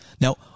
Now